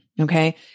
Okay